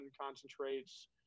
concentrates